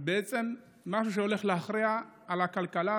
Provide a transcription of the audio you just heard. בעצם משהו שהולך להשפיע על הכלכלה,